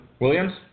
Williams